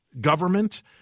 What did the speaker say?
government